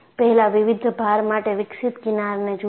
પહેલા વિવિધ ભાર માટે વિકસિત કિનારને જુઓ